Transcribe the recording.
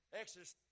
Exodus